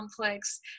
complex